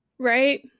Right